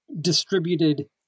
distributed